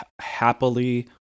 happily